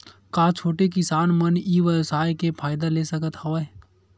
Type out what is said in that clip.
का छोटे किसान मन ई व्यवसाय के फ़ायदा ले सकत हवय?